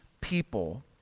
people